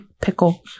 pickle